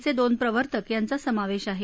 चे दोन प्रवर्तक यांचा समावेश आहे